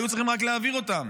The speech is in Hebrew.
היו צריכים רק להעביר אותם,